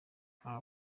nka